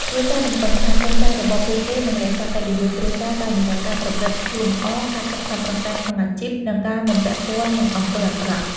គ្រួសាររំពឹងថា កូនចៅរបស់ពួកគេនឹងរក្សាកិត្តិយសគ្រួសារ តាមរយៈការប្រព្រឹត្តខ្លួនល្អ ការខិតខំប្រឹងប្រែងក្នុងអាជីព និងការមិនពាក់ព័ន្ធនឹងអំពើអាក្រក់។